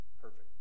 perfect